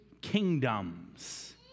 kingdoms